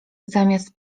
zamiast